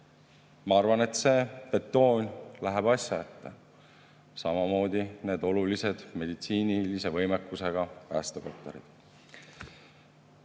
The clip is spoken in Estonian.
Ma arvan, et see betoon läheb asja ette. Samamoodi need olulised meditsiinilise võimekusega päästekopterid. Jõudu